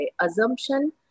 Assumption